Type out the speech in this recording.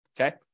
Okay